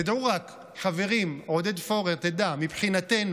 רק תדעו, חברים, עודד פורר, תדע שמבחינתנו,